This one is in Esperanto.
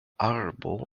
arbo